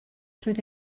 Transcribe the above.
roedd